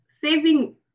saving